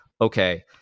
okay